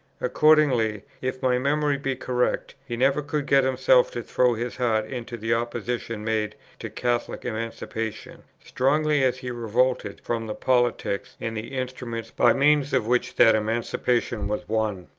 accordingly, if my memory be correct, he never could get himself to throw his heart into the opposition made to catholic emancipation, strongly as he revolted from the politics and the instruments by means of which that emancipation was won.